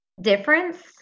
difference